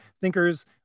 thinkers